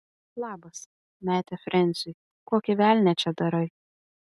labas metė frensiui kokį velnią čia darai